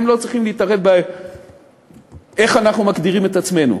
הם לא צריכים להתערב איך אנחנו מגדירים את עצמנו.